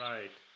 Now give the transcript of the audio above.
Right